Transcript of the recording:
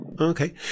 Okay